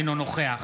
אינו נוכח